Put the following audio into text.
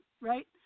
right